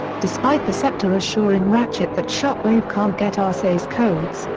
despite perceptor assuring ratchet that shockwave can't get arcee's codes,